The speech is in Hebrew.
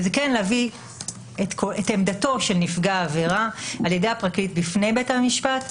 וכן להביא את עמדתו של נפגע העבירה על ידי הפרקליט בפני בית המשפט,